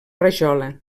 rajola